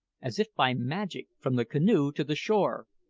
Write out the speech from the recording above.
as if by magic, from the canoe to the shore.